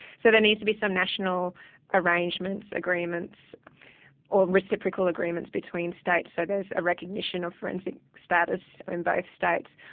so there needs to be some national arrangements, agreements or reciprocal agreements between states so there's a recognition of forensic status in both states.